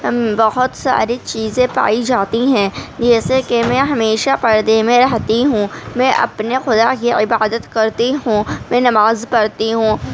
بہت ساری چیزیں پائی جاتی ہیں جیسے کہ میں ہمیشہ پردہ میں رہتی ہوں میں اپنے خدا کی عبادت کرتی ہوں میں نماز پڑھتی ہوں